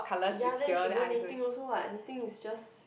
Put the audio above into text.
ya then you should do knitting also what knitting is just